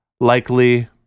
likely